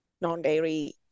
non-dairy